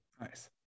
Nice